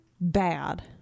bad